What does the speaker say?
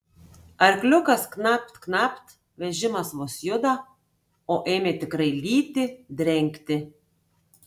arkliukas knapt knapt vežimas vos juda o ėmė tikrai lyti drengti